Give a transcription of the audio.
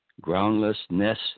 groundlessness